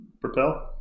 propel